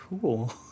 cool